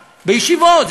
בישיבות,